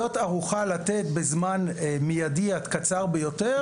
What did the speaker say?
ערוכה לתת בזמן מיידי עד קצר ביותר,